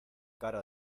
cara